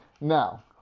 Now